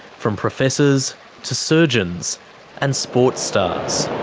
from professors to surgeons and sports stars.